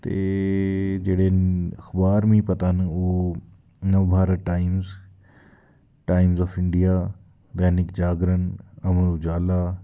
ते जेह्ड़े अखबार मीं पता न ओह् Navbharat Times Times of India Dainik Jagran Amar Ujala